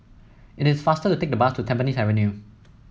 it is faster to take the bus to Tampines Avenue